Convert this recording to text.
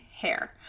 hair